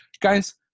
Guys